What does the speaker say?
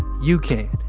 you can.